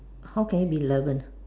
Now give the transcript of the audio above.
how can it be eleven